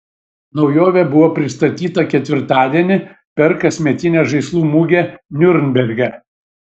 naujovė buvo pristatyta ketvirtadienį per kasmetinę žaislų mugę niurnberge